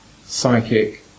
psychic